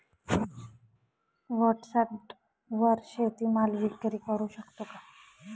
व्हॉटसॲपवर शेती माल विक्री करु शकतो का?